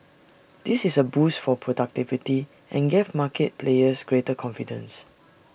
this is A boost for productivity and gave market players greater confidence